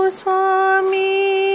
swami